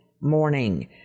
morning